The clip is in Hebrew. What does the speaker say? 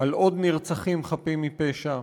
על עוד נרצחים חפים מפשע.